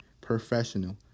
professional